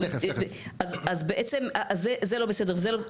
אז בעצם זה לא בסדר וזה לא בסדר,